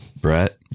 Brett